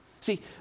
See